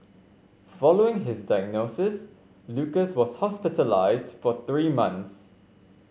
following his diagnosis Lucas was hospitalised for three months